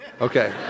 Okay